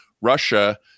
Russia